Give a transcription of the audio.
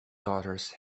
daughters